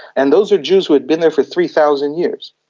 and those were jews who had been there for three thousand years.